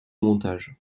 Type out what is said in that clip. montage